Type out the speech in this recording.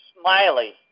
Smiley